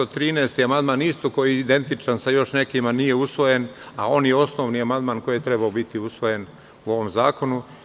Amandman na član 13. koji je identičan sa još nekima a nije usvojen, a on je osnovni amandman koji je trebao biti usvojen u ovom zakonu.